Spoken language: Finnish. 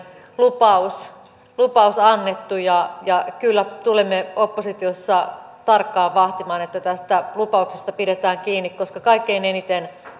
lupaus lupaus annettu ja ja kyllä tulemme oppositiossa tarkkaan vahtimaan että tästä lupauksesta pidetään kiinni koska kaikkein eniten